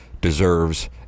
deserves